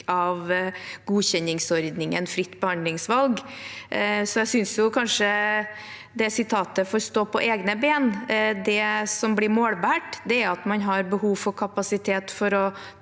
av godkjenningsordningen fritt behandlingsvalg, så jeg synes kanskje det sitatet får stå på egne ben. Det som blir målbåret, er at man har behov for kapasitet for å